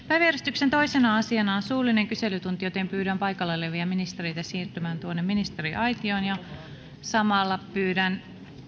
päiväjärjestyksen toisena asiana on suullinen kyselytunti pyydän paikalla olevia ministereitä siirtymään ministeriaitioon samalla pyydän niitä